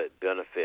benefit